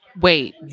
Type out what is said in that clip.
Wait